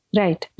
right